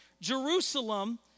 Jerusalem